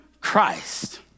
Christ